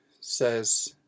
says